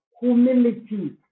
humility